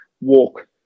walk